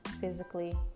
physically